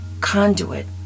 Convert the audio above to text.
conduit